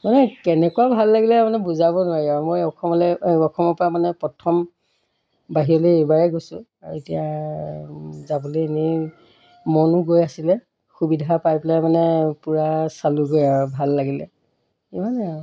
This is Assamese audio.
মানে কেনেকুৱা ভাল লাগিলে মানে বুজাব নোৱাৰি আৰু মই অসমলৈ অসমৰপৰা মানে প্ৰথম বাহিৰলৈ এইবাৰেই গৈছোঁ আৰু এতিয়া যাবলৈ এনেই মনো গৈ আছিলে সুবিধা পাই পেলাই মানে পূৰা চালোঁগৈ আৰু ভাল লাগিলে ইমানেই আৰু